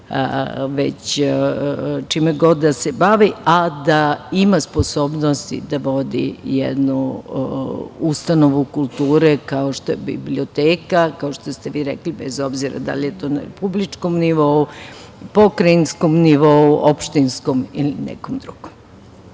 već čime god da se bavi, a da ima sposobnosti da vodi jednu ustanovu kulture kao što je biblioteka, kao što ste vi rekli bez obzira da li je to na republičkom nivou, pokrajinskom nivou, opštinskom ili nekom drugom. Hvala.